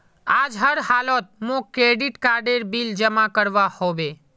आज हर हालौत मौक क्रेडिट कार्डेर बिल जमा करवा होबे